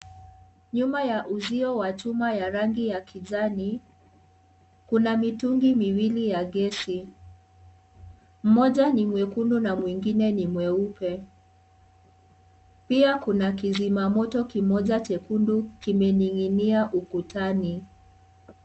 Nyuma ya uzio wa chuma ya rangi ya kijani, kuna mitungi miwili ya gesi. Moja ni mwekundu na mwingine ni mweupe. Pia, kuna kizima moto kimoja chekundu kimening'inia ukutani.